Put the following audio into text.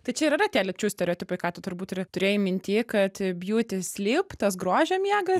tai čia ir yra tie lyčių stereotipai ką tu turbūt ir turėjai minty kad beauty sleep tas grožio miegas